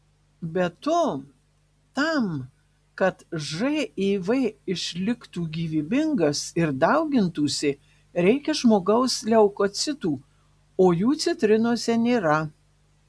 be to tam kad živ išliktų gyvybingas ir daugintųsi reikia žmogaus leukocitų o jų citrinose nėra